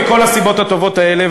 מכל הסיבות הטובות האלה,